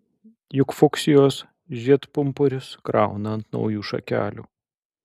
juk fuksijos žiedpumpurius krauna ant naujų šakelių